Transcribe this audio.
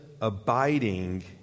abiding